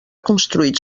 construït